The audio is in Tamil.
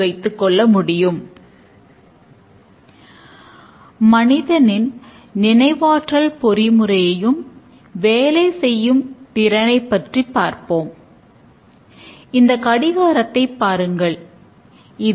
இருக்கக்கூடிய வெவ்வேறு கருவிகளைப் பற்றிப் பார்க்கப் போகிறோம்